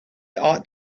ought